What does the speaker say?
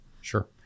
sure